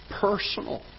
personal